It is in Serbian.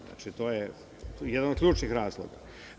Znači, to je jedan od ključnih razloga.